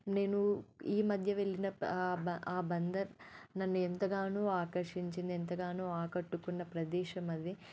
నేను ఈ మధ్య వెళ్ళిన బ ఆ బందర్ నన్నెంతగానో ఆకర్షించింది ఎంతగానో ఆకట్టుకున్న ప్రదేశం అది